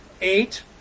eight